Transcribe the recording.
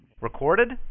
Recorded